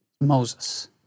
Moses